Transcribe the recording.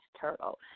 turtle